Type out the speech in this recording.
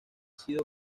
sido